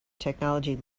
technology